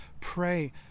Pray